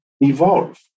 evolve